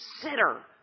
consider